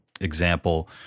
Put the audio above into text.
example